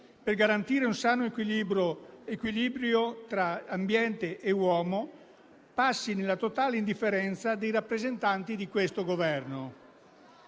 per garantire un sano equilibrio tra ambiente e uomo, passi nella totale indifferenza dei rappresentanti di questo Governo.